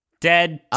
Dead